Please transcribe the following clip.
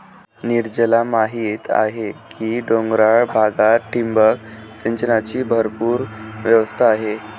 नीरजला माहीत आहे की डोंगराळ भागात ठिबक सिंचनाची भरपूर व्यवस्था आहे